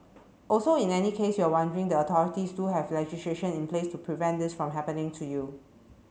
also in any case you were wondering the authorities do have legislation in place to prevent this from happening to you